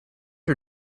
her